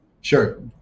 Sure